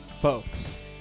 Folks